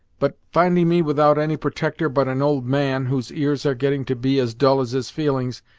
but, finding me without any protector but an old man, whose ears are getting to be as dull as his feelings,